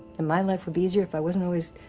and my life would be easier if i wasn't always.